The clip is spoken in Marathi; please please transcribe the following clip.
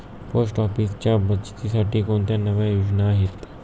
पोस्ट ऑफिसच्या बचतीसाठी कोणत्या नव्या योजना आहेत?